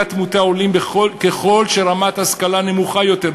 התמותה עולים ככל שרמת ההשכלה נמוכה יותר,